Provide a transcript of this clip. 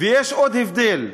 ויש עוד הבדל: